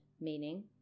meaning